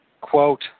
quote